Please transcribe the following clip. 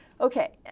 Okay